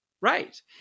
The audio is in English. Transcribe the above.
right